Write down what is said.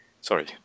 sorry